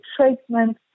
treatment